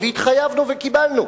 והתחייבנו וקיבלנו,